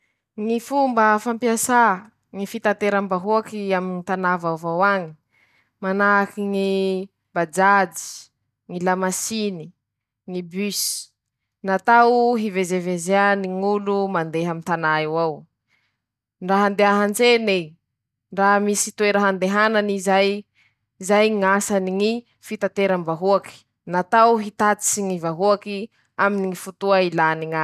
Ñy fomba fampiasà ñy fitateram-bahoaky aminy ñy tanà vaovao añy, manahaky ñy, bajajy, ñy lamasiny, ñy bus: -Natao hivezevezeany ñy ñ'olo mandeha aminy tanà eo ao, ndra handeha an-tsena i, ndra misy toera handehanan'izay, zay ñasany ñy fitateram-bahoaky, natao hitatsiky vahoaky aminy ñy fotoa ilà.